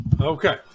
Okay